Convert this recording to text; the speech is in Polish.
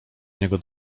niego